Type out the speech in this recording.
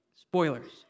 Spoilers